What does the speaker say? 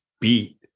beat